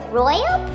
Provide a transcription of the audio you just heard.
royal